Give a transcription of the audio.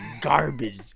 garbage